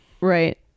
Right